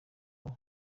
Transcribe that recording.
aho